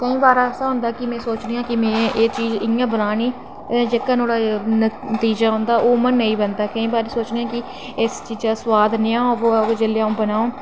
केईं बारी ऐसा होंदा की में सोचनी आं की में एह् चीज़ इंया बनानी ते जेह्का नुहाड़ा तीजा होंदा ओह् अंआ नेईं बनदा केईं बारी सोचनी आं की इस चीज़ै दा सोआद कनेहा होग जेल्लै अंऊ बनांङ